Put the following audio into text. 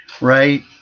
Right